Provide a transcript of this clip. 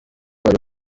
wari